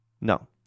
No